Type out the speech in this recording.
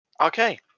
Okay